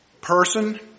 person